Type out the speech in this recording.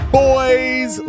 boys